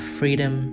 freedom